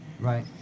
Right